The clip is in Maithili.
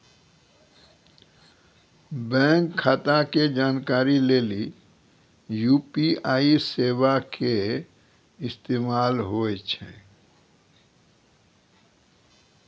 बैंक खाता के जानकारी लेली यू.पी.आई सेबा के इस्तेमाल होय छै